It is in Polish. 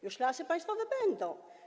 Już Lasy Państwowe będą.